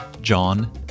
John